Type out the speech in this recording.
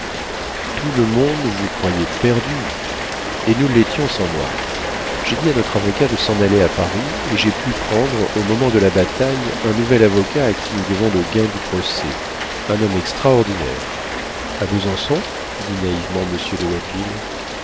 tout le monde vous croyait perdus et nous l'étions sans moi j'ai dit à notre avocat de s'en aller à paris et j'ai pu prendre au moment de la bataille un nouvel avocat à qui nous devons le gain du procès un homme extraordinaire a besançon dit naïvement monsieur de watteville